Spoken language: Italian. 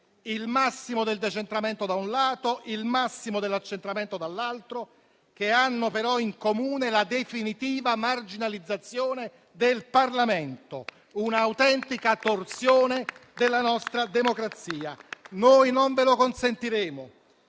il massimo del decentramento, da un lato, e il massimo dell'accentramento, dall'altro - che hanno però in comune la definitiva marginalizzazione del Parlamento, un'autentica torsione della nostra democrazia. Noi non ve lo consentiremo.